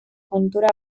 kontura